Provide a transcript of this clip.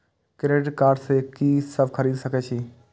Credit card से की सब खरीद सकें छी?